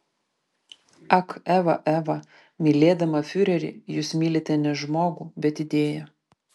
ak eva eva mylėdama fiurerį jūs mylite ne žmogų bet idėją